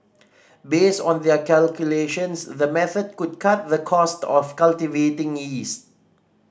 based on their calculations the method could cut the cost of cultivating yeast